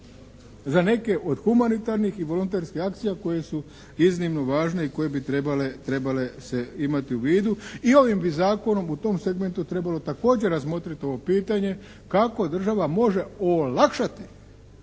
za neke od humanitarnih i volonterskih akcija koje su iznimno važne i koje bi trebale se imati u vidu. I ovim bi zakonom u tom segmentu trebalo također razmotriti ovo pitanje kako država može olakšati